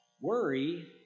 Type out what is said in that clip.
Worry